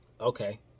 Okay